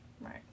Right